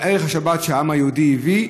זה ערך השבת שהעם היהודי הביא,